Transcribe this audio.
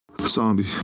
Zombie